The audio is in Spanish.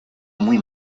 muy